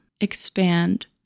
expand